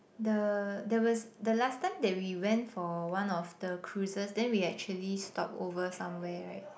the there was the last time that we went for one of the cruises then we actually stop over somewhere right